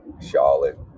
Charlotte